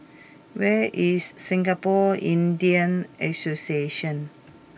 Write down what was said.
where is Singapore Indian Association